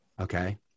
okay